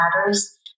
matters